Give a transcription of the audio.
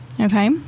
okay